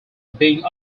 being